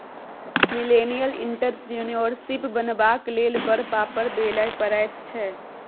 millennial entrepreneurship बनबाक लेल बड़ पापड़ बेलय पड़ैत छै